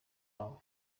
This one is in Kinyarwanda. wabo